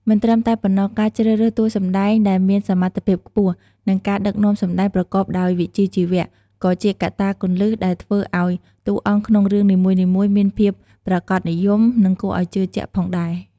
មិនត្រឹមតែប៉ុណ្ណោះ ការជ្រើសរើសតួសម្ដែងដែលមានសមត្ថភាពខ្ពស់ និងការដឹកនាំសម្ដែងប្រកបដោយវិជ្ជាជីវៈ ក៏ជាកត្តាគន្លឹះដែលធ្វើឲ្យតួអង្គក្នុងរឿងនីមួយៗមានភាពប្រាកដនិយម និងគួរឲ្យជឿជាក់ផងដែរ។